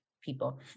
people